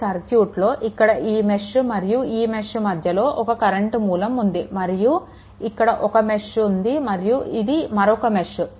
ఈ సర్క్యూట్లో ఇక్కడ ఈ మెష్ మరియు ఈ మెష్ మధ్యలో ఒక కరెంట్ మూలం ఉంది మరియు ఇక్కడ ఒక మెష్ ఉంది మరియు ఇది మరొక మెష్